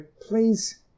please